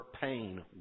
pain